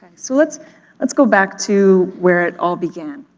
so let's let's go back to where it all began,